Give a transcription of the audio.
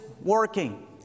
working